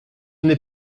n’est